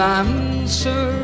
answer